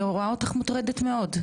אני רואה אותך מוטרדת מאוד.